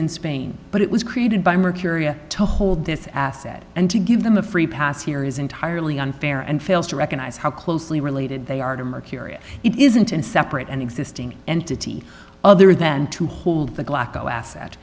in spain but it was created by mercurial toehold this asset and to give them a free pass here is entirely unfair and fails to recognize how closely related they are to mercurial it isn't in separate and existing entity other than to hold the gla